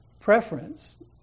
preference